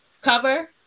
cover